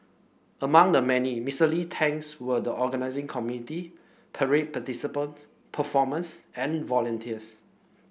among the many Mister Lee thanked were the organising committee parade participants performers and volunteers